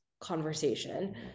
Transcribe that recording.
conversation